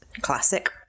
classic